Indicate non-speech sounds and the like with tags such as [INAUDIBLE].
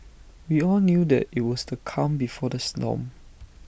we [NOISE] all knew that IT was the calm before the snow